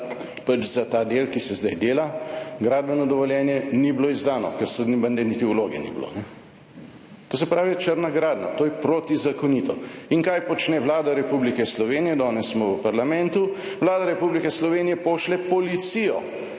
za ta del, ki se zdaj dela, gradbeno dovoljenje ni bilo izdano, ker so, da niti vloge ni bilo, to se pravi, črna gradnja, to je protizakonito. In kaj počne Vlada Republike Slovenije? Danes smo v parlamentu. Vlada Republike Slovenije pošlje policijo,